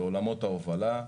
בעולמות ההובלה,